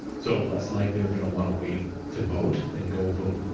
so less likely are gonna wanna wait to vote and go vote, and